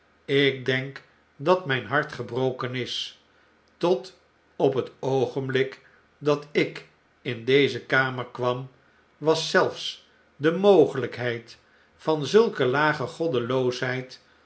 ik denk dat mijn hart gebroken is tot op het oogenblik dat ik in deze kamer kwam was zelfs de mogelijkheid van zulke lage